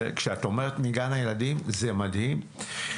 כשאת אומרת מגן הילדים, זה מדהים.